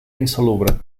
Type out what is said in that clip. insalubre